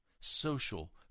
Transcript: social